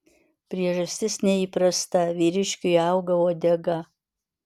priežastis neįprasta vyriškiui auga uodega